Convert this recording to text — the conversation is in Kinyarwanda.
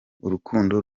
urukundo